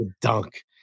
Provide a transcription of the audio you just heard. Dunk